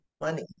money